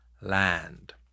land